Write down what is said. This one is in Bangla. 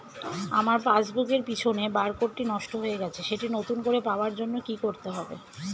আমার পাসবুক এর পিছনে বারকোডটি নষ্ট হয়ে গেছে সেটি নতুন করে পাওয়ার জন্য কি করতে হবে?